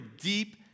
deep